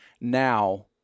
now